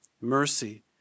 mercy